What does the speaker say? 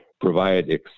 provide